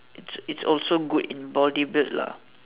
it's it's also good in body build lah